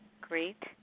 great